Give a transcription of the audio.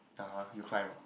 (uh huh) you climb ah